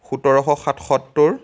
সোতৰশ সাতসত্তৰ